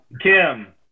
Kim